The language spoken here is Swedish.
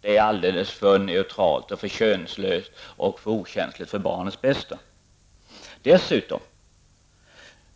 Detta är ett alldeles för neutralt, könlöst och okänsligt uttryck för att det skall tillgodose barnets bästa. Dessutom